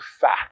fact